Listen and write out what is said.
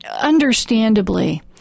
understandably